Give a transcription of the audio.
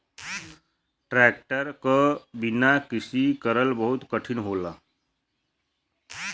tractor क बिना कृषि करल बहुत कठिन होला